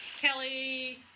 Kelly